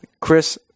Chris